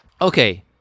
Okay